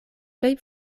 plej